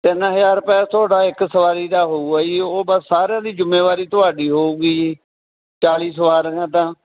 ਤਿੰਨ ਹਜ਼ਾਰ ਰੁਪਇਆ ਤੁਹਾਡਾ ਇੱਕ ਸਵਾਰੀ ਦਾ ਹੋਊਗਾ ਜੀ ਉਹ ਬਸ ਸਾਰਿਆਂ ਦੀ ਜਿੰਮੇਵਾਰੀ ਤੁਹਾਡੀ ਹੋਊਗੀ ਜੀ ਚਾਲੀ ਸਵਾਰੀਆਂ ਤਾਂ